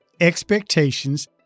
expectations